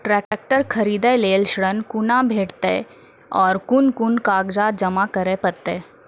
Tractor खरीदै लेल ऋण कुना भेंटते और कुन कुन कागजात जमा करै परतै?